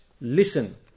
listen